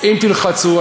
אם תלחצו,